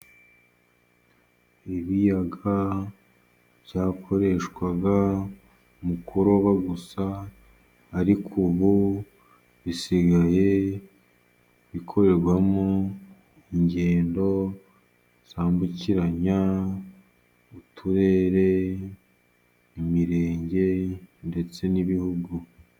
Ibiyaga byakoreshwaga mu kuroba gusa, ariko ubu bisigaye bikorerwamo ingendo zambukiranya uturere, imirenge, ndetse n'ibihugu.